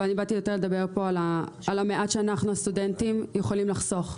אבל אני באתי יותר לדבר פה על המעט שאנחנו הסטודנטים יכולים לחסוך.